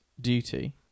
duty